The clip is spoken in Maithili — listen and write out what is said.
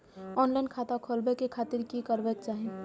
ऑनलाईन खाता खोलाबे के खातिर कि करबाक चाही?